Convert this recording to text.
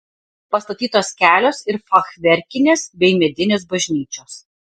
pastatytos kelios ir fachverkinės bei medinės bažnyčios